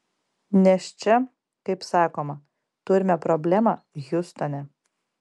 nes čia kaip sakoma turime problemą hiustone